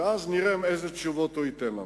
ואז נראה איזה תשובות הוא ייתן לנו.